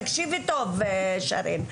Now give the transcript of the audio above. תקשיבי טוב, שרן.